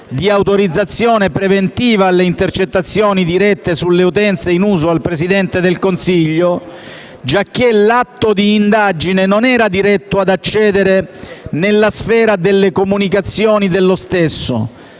di autorizzazione preventiva alle intercettazioni dirette sulle utenze in uso al Presidente del Consiglio, giacché l'atto di indagine non era diretto ad accedere nella sfera delle comunicazioni dello stesso,